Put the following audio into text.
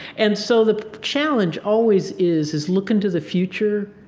and so the challenge always is is looking to the future.